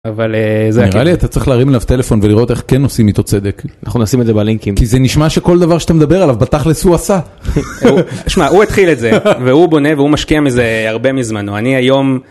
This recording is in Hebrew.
אבל, נראה לי אתה צריך להרים אליו טלפון ולראות איך כן עושים איתו צדק, אנחנו עושים את זה בלינקים, כי זה נשמע שכל דבר שאתה מדבר עליו בתכלס הוא עשה. שמע, הוא התחיל את זה והוא בונה והוא משקיע מזה הרבה מזמנו אני היום...